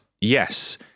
yes